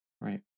right